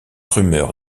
rumeur